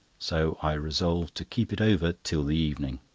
so i resolved to keep it over till the evening.